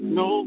no